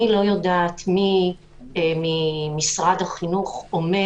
אני לא יודעת מי ממשרד החינוך אומר